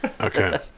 Okay